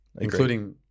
Including